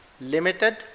limited